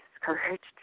discouraged